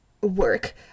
work